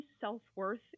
self-worth